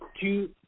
two